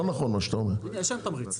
יש להם תמריץ.